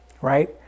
right